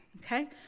okay